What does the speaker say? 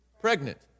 Pregnant